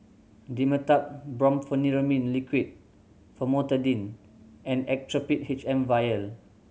Dimetapp Brompheniramine Liquid Famotidine and Actrapid H M Vial